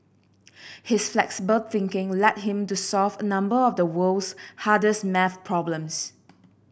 his flexible thinking led him to solve a number of the world's hardest maths problems